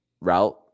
route